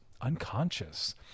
unconscious